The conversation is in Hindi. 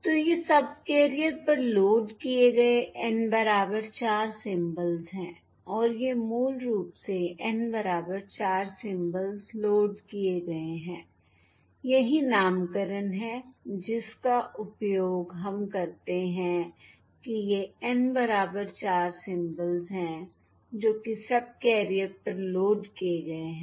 तो ये सबकैरियर पर लोड किए गए N बराबर 4 सिंबल्स हैं और ये मूल रूप से N बराबर 4 सिंबल्स लोड किए गए हैं यही नामकरण है जिसका उपयोग हम करते हैं कि ये N बराबर 4 सिंबल्स हैं जो कि सबकैरियर पर लोड किए गए हैं